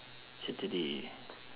saturday